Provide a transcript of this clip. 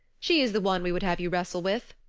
she is the one we would have you wrestle with.